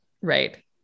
Right